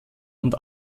und